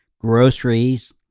groceries